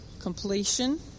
Completion